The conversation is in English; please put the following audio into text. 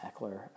Eckler